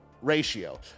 ratio